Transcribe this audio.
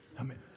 Amen